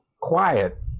quiet